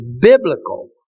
biblical